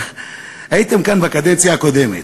הייתם כאן בקדנציה הקודמת.